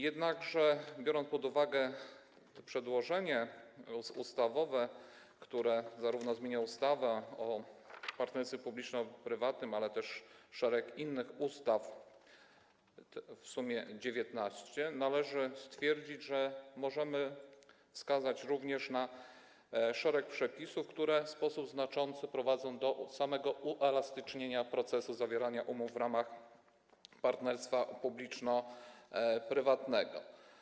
Jednakże biorąc pod uwagę to przedłożenie ustawowe, które zmienia zarówno ustawę o partnerstwie publiczno-prywatnym, jak i szereg innych ustaw, w sumie 19, należy stwierdzić, że możemy wskazać również na szereg przepisów, które w sposób znaczący prowadzą do samego uelastycznienia procesu zawierania umów w ramach partnerstwa publiczno-prywatnego.